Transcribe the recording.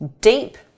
deep